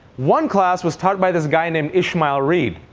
one class was taught by this guy named ishmael reed.